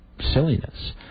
silliness